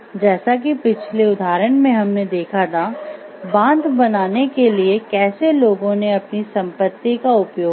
जैसा कि पिछले उदाहरण में हमने देखा था बांध बनाने के लिए कैसे लोगों ने अपनी संपत्ति का उपयोग किया